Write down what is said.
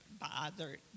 bothered